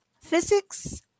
Physics